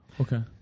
Okay